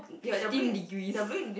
fifteen degrees